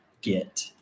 get